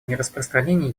нераспространение